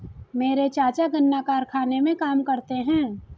मेरे चाचा गन्ना कारखाने में काम करते हैं